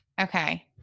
Okay